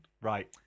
Right